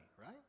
right